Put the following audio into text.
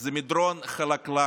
זה מדרון חלקלק